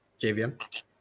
JVM